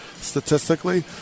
statistically